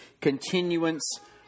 continuance